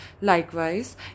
Likewise